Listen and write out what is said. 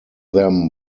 them